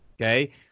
Okay